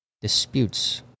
disputes